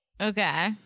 Okay